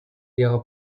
ihrer